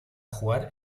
jugar